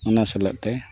ᱚᱱᱟ ᱥᱟᱞᱟᱜ ᱛᱮ